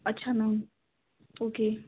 اچھا ma'am okay